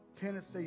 Tennessee